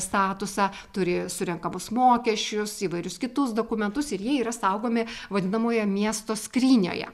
statusą turi surenkamus mokesčius įvairius kitus dokumentus ir jie yra saugomi vadinamoje miesto skrynioje